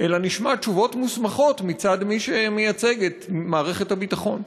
אלא נשמע תשובות מוסמכות מצד מי שמייצג את מערכת הביטחון.